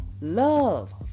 love